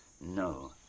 No